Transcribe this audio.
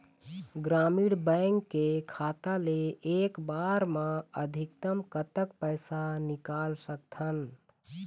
ग्रामीण बैंक के खाता ले एक बार मा अधिकतम कतक पैसा निकाल सकथन?